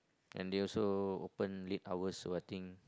and they also open late hours or what thing